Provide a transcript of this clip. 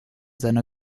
seiner